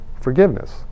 forgiveness